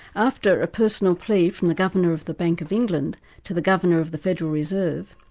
after a personal plea from the governor of the bank of england to the governor of the federal reserve,